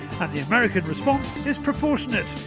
the american response is proportionate.